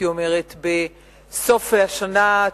בסוף השנה,